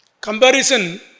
Comparison